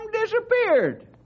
disappeared